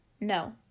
No